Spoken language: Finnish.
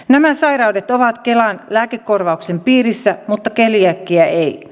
nämä sairaudet ovat kelan lääkekorvauksen piirissä mutta keliakia ei